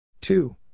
Two